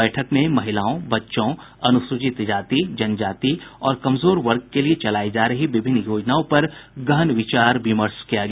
बैठक में महिलाओं बच्चों अनुसूचित जाति जनजाति और कमजोर वर्ग के लिए चलायी जा रही विभिन्न योजनाओं पर गहन विचार विमर्श किया गया